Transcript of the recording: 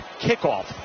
kickoff